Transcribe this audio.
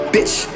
Bitch